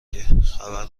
گهخبر